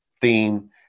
theme